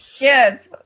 Yes